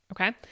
okay